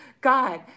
God